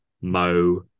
Mo